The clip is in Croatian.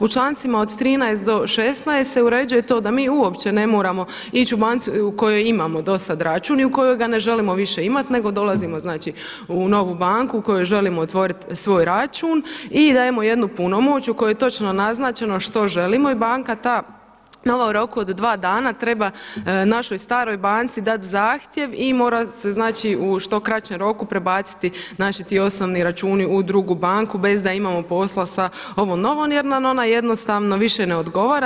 U člancima od 13. do 16. se uređuje to da mi uopće ne moramo ići u banci u kojoj imamo do sada račun i u kojoj ga ne želimo više imati nego dolazimo znači u novu banku u kojoj želimo otvoriti svoj račun i dajemo jednu punomoć u kojoj je točno naznačeno što želimo i banka ta nova u roku od 2 dana treba našoj staroj banci dati zahtjev i mora se znači u što kraćem roku prebaciti naši ti osnovni računi u drugu banku bez da imamo posla sa ovom novom jer nam ona jednostavno više ne odgovara.